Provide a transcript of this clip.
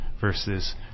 versus